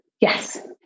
Yes